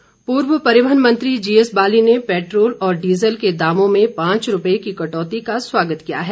बाली पूर्व परिवहन मंत्री जीएस बाली ने पैट्रोल और डीजल के दामों में पांच रूपए की कटौती का स्वागत किया है